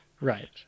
Right